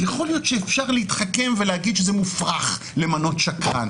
יכול להיות שאפשר להתחכם ולהגיד שזה מופרך למנות שקרן.